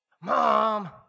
Mom